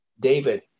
David